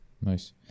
Nice